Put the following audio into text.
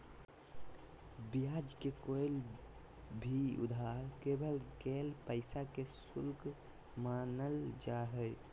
ब्याज के कोय भी उधार लेवल गेल पैसा के शुल्क मानल जा हय